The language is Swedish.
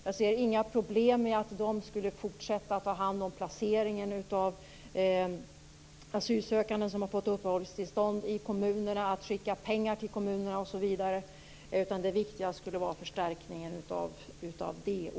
Jag ser inga problem med att Invandrarverket skulle fortsätta ta hand om placeringen av asylsökande som har fått uppehållstillstånd i kommunerna, att skicka pengar till kommunerna osv., utan det viktiga skulle vara förstärkningen av DO.